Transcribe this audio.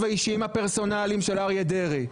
האישיים הפרסונליים של אריה דרעי.